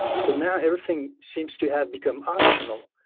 so now everything seems to have become optional,